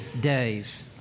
days